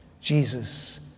Jesus